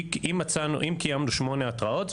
אם קיימנו שמונה התראות,